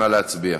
נא להצביע.